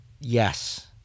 Yes